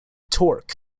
torque